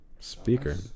Speaker